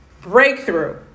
Breakthrough